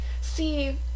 see